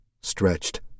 stretched